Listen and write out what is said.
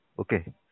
Okay